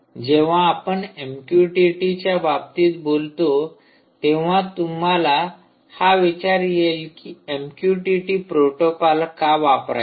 जेव्हा आपण एमक्युटीटीच्या बाबतीत बोलतो तेव्हा तुम्हाला हा विचार येईल की एमक्युटीटी प्रोटोकॉल का वापरायचा